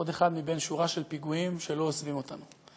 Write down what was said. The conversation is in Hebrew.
עוד אחד משורה של פיגועים שלא עוזבים אותנו.